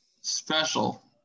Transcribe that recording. special